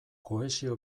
kohesio